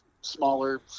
smaller